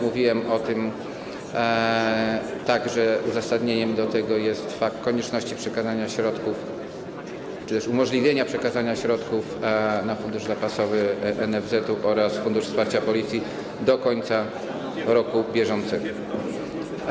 Mówiłem o tym, że uzasadnieniem tego jest także fakt konieczności przekazania środków - czy też umożliwienia przekazania środków - na fundusz zapasowy NFZ oraz Fundusz Wsparcia Policji do końca bieżącego roku.